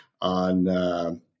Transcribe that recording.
on